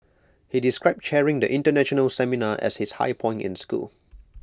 he described chairing the International seminar as his high point in school